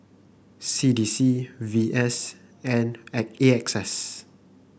C D C V S and A E X S